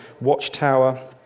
watchtower